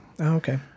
okay